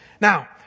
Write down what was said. Now